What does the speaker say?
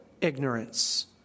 ignorance